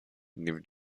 new